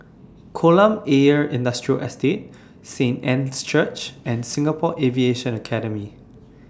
Kolam Ayer Industrial Estate Saint Anne's Church and Singapore Aviation Academy